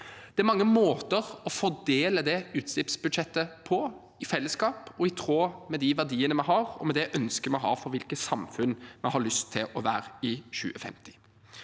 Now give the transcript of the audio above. Det er mange måter å fordele det utslippsbudsjettet på, i fellesskap og i tråd med de verdiene vi har, og med det ønsket vi har for hvilket samfunn vi har lyst til å være i 2050.